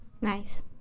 Nice